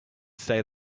say